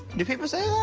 do people say